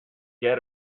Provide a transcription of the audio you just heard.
get